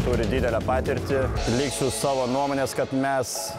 turi didelę patirtį liksiu savo nuomonės kad mes